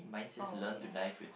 oh okay